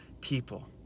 people